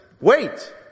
wait